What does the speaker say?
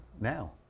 now